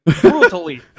brutally